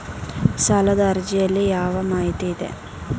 ಸಾಲದ ಅರ್ಜಿಯಲ್ಲಿ ಯಾವ ಮಾಹಿತಿ ಇದೆ?